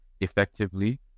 effectively